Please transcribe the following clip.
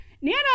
Nana